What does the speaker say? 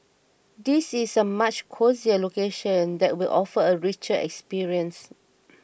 this is a much cosier location that will offer a richer experience